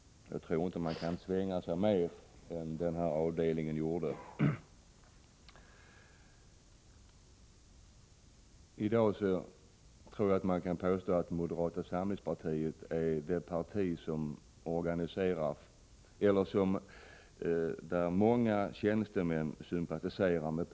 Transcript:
Jag tror inte att man kan ”svänga” mer än den här avdelningen gjorde. Jag tror att man i dag kan påstå att moderata samlingspartiet är ett parti som många tjänstemän sympatiserar med.